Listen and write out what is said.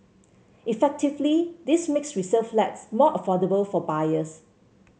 effectively this makes resale flats more affordable for buyers